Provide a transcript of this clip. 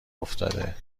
افتاده